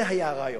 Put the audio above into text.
זה היה הרעיון.